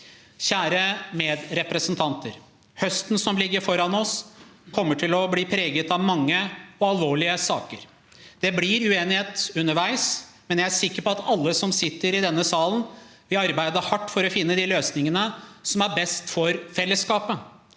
Kjære medrepresentanter! Høsten som ligger foran oss, kommer til å bli preget av mange og alvorlige saker. Det blir uenighet underveis, men jeg er sikker på at alle som sitter i denne salen, vil arbeide hardt for å finne de løsningene som er best for fellesskapet.